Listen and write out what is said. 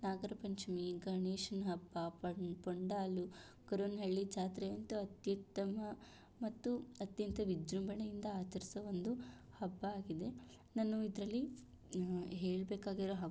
ನಾಗರ ಪಂಚಮಿ ಗಣೇಶನ ಹಬ್ಬ ಪೊಂಗಲ್ಲು ಗೊರವನಹಳ್ಳಿ ಜಾತ್ರೆ ಅಂತೂ ಅತ್ಯುತ್ತಮ ಮತ್ತು ಅತ್ಯಂತ ವಿಜೃಂಭಣೆಯಿಂದ ಆಚರಿಸುವ ಒಂದು ಹಬ್ಬ ಆಗಿದೆ ನಾನದ್ರಲ್ಲಿ ಹೇಳ್ಬೇಕಾಗಿರೋ ಹಬ್ಬ